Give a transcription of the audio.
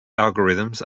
algorithms